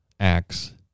Acts